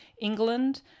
England